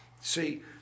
See